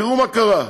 תראו מה קרה: